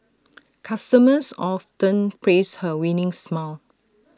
customers often praise her winning smile